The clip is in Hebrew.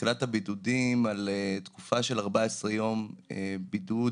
בתחילת הבידודים על תקופה של 14 יום בידוד